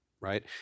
right